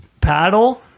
paddle